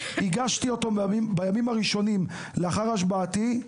הגשתי אותו בימים הראשונים שלי כאן לאחר השבעתי.